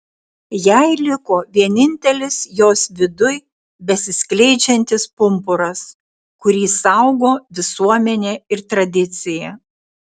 jai liko vienintelis jos viduj besiskleidžiantis pumpuras kurį saugo visuomenė ir tradicija